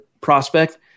prospect